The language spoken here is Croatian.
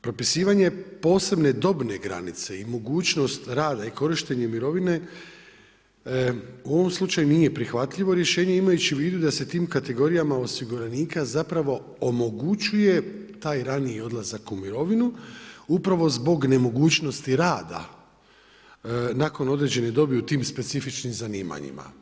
Propisivanje posebne dobne granice i mogućnost rada i korištenje mirovine, u ovom slučaju nije prihvatljivo rješenje, imajući u vidu da se tim kategorijama osiguranika zapravo omogućuje taj raniji odlazak u mirovinu, upravo zbog nemogućnosti rada nakon određene dobi u tim specifičnim zanimanjima.